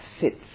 sits